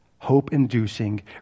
hope-inducing